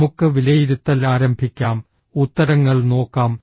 നമുക്ക് വിലയിരുത്തൽ ആരംഭിക്കാം ഉത്തരങ്ങൾ നോക്കാം